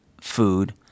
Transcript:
food